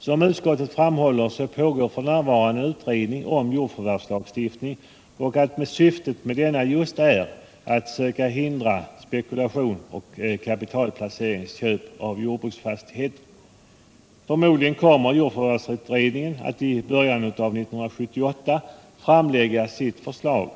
Som utskottet framhåller pågår f. n. en utredning om jordförvärvslagstiftning och att syftet med denna just är att söka förhindra spekulationsoch kapitalplaceringsköp av jordbruksfastigheter. Förmodligen kommer jordförvärvsutredningen att i början av 1978 framlägga sitt förslag,